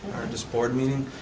or this board meeting,